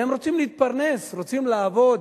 והם רוצים להתפרנס, רוצים לעבוד.